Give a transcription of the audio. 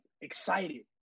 excited